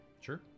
Sure